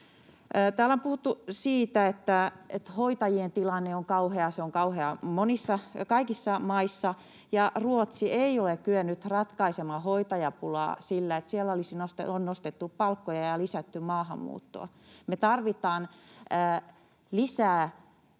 Täällä on puhuttu siitä, että hoitajien tilanne on kauhea, se on kauhea kaikissa maissa, ja Ruotsi ei ole kyennyt ratkaisemaan hoitajapulaa sillä, että siellä on nostettu palkkoja ja lisätty maahanmuuttoa. Me tarvitaan lisää